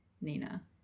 Nina